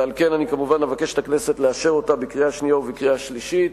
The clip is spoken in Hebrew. ועל כן אני כמובן אבקש מהכנסת לאשר אותה בקריאה שנייה ובקריאה שלישית.